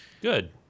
good